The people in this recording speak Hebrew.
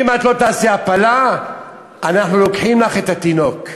אם לא תעשי הפלה אנחנו לוקחים לך את התינוק,